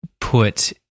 put